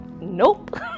Nope